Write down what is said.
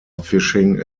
fishing